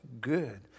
good